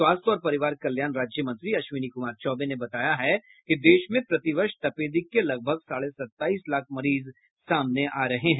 स्वास्थ्य और परिवार कल्याण राज्य मंत्री अश्विनी कुमार चौबे ने बताया है कि देश में प्रतिवर्ष तपेदिक के लगभग साढे सत्ताईस लाख मरीज सामने आते हैं